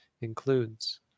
includes